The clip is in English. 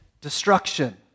destruction